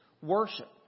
Worship